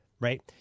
right